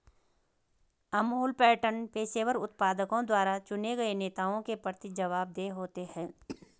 Amul pattern पेशेवर उत्पादकों द्वारा चुने गए नेताओं के प्रति जवाबदेह होते हैं